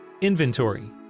inventory